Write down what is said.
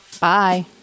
bye